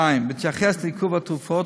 2. בהתייחס לעיכוב התרופות,